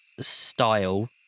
style